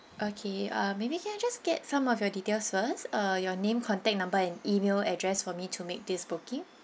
okay uh maybe can I just get some of your details first uh your name contact number and email address for me to make this booking